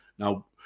Now